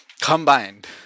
Combined